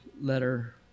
letter